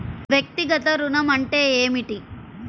వ్యక్తిగత ఋణం అంటే ఏమిటి?